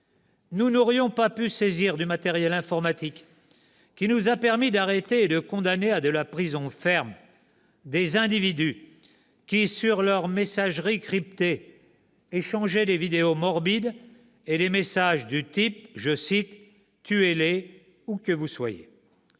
Nous n'aurions pas pu saisir du matériel informatique qui nous a permis d'arrêter et de condamner à de la prison ferme des individus qui, sur leurs messageries cryptées, échangeaient des vidéos morbides et des messages du type :« Tuez-les où que vous soyez ».